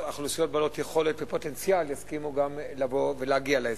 אוכלוסיות בעלות יכולת ופוטנציאל יסכימו גם לבוא ולהגיע לאזור.